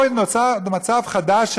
פה נוצר מצב חדש,